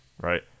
right